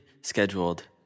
scheduled